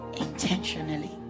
intentionally